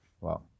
Wow